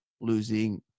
losing